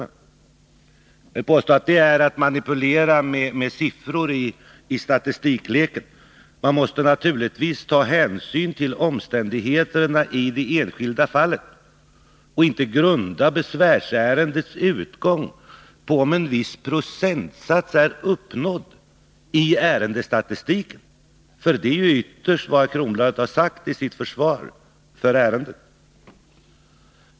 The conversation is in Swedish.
Jag vill påstå att det är att manipulera med siffror i statistikleken. Man måste naturligtvis ta hänsyn till omständigheterna i de enskilda fallen och inte grunda besvärsärendets utgång på det förhållandet huruvida en viss procentsats har uppnåtts i ärendestatistiken eller inte. Det är ju ytterst vad herr Kronblad har sagt i sitt försvar för ärendet.